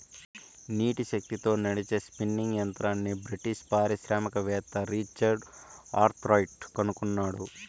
నీటి శక్తితో నడిచే స్పిన్నింగ్ యంత్రంని బ్రిటిష్ పారిశ్రామికవేత్త రిచర్డ్ ఆర్క్రైట్ కనుగొన్నాడు